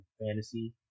fantasy